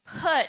Put